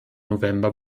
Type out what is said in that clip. november